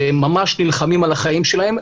שממש נלחמים על החיים שלהם,